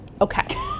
Okay